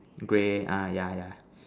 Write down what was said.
grey ah yeah yeah